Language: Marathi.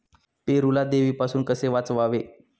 पेरूला देवीपासून कसे वाचवावे?